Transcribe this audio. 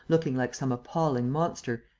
looking like some appalling monster,